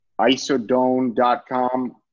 isodone.com